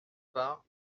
part